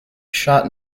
shot